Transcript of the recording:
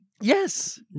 Yes